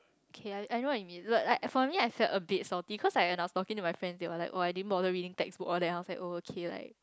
okay lar I know what you mean like for me I think a bit salty cause I was talking with my friend they all like oh I didn't bother reading textbook oh okay like